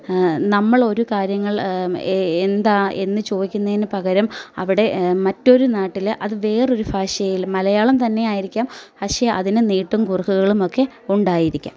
നമ്മൾ ഒരു കാര്യങ്ങൾ എ എന്താ എന്ന് ചോദിക്കുന്നതിന് പകരം അവിടെ മറ്റൊര് നാട്ടില് അത് വേറൊരു ഭാഷയിൽ മലയാളം തന്നെ ആയിരിക്കാം പക്ഷെ അതിനെ നീട്ടും കുറുക്കുകളുമൊക്കെ ഉണ്ടായിരിക്കാം